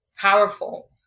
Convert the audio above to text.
powerful